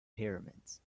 pyramids